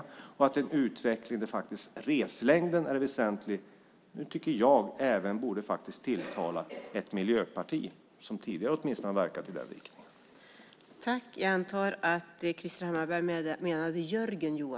Jag tycker att en utveckling som gör att reslängden blir väsentlig borde tilltala även ett miljöparti, som åtminstone tidigare har verkat i den riktningen.